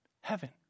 heaven